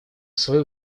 свою